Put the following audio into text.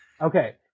Okay